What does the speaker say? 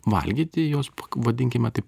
valgyti jos vadinkime taip